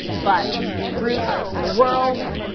but group and the world,